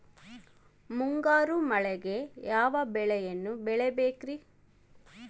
ಮುಂಗಾರು ಮಳೆಗೆ ಯಾವ ಬೆಳೆಯನ್ನು ಬೆಳಿಬೇಕ್ರಿ?